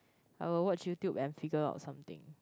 I will watch YouTube and figure out something